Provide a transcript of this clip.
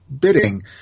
bidding